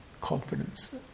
confidence